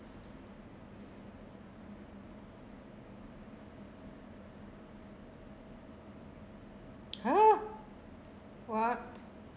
!huh! what